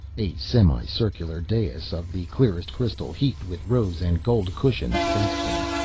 a semi-circular dais of the clearest crystal, heaped with rose and gold cushions, faced them.